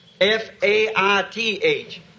F-A-I-T-H